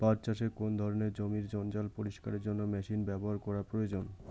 পাট চাষে কোন ধরনের জমির জঞ্জাল পরিষ্কারের জন্য মেশিন ব্যবহার করা প্রয়োজন?